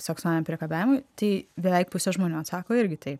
seksualiniam priekabiavimui tai beveik pusė žmonių atsako irgi taip